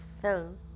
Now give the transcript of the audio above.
film